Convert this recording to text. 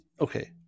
okay